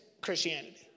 Christianity